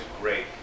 great